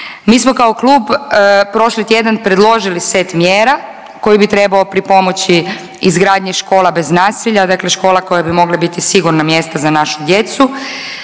Mi smo kao klub prošli tjedan predložili set mjera koji bi trebao pripomoći izgradnji škola bez nasilja, dakle škola koje bi mogle biti sigurna mjesta za našu djecu.